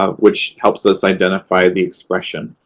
ah which helps us identify the expression.